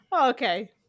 Okay